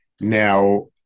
Now